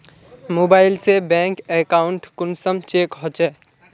Mobile से bank account कुंसम check होचे?